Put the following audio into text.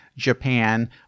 Japan